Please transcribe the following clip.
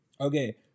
Okay